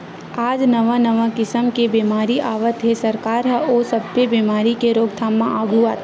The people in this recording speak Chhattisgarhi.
आज नवा नवा किसम के बेमारी आवत हे, सरकार ह ओ सब्बे बेमारी के रोकथाम म आघू आथे